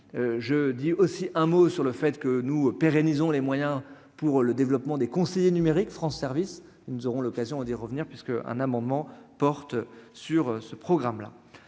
je dis aussi un mot sur le fait que nous pérennisons les moyens pour le développement des conseillers numériques France service ils nous aurons l'occasion d'y revenir, puisque un amendement porte sur ce programme là